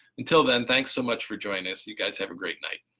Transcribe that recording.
until then, thanks so much for joining us you guys, have a great night!